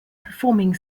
performing